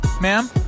Ma'am